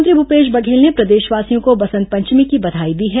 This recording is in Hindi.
मुख्यमंत्री भूपेश बघेल ने प्रदेशवासियों को बसंत पंचमी की बधाई दी है